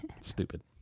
Stupid